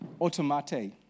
Automate